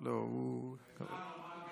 לא, הוא, אפשר לומר קדיש.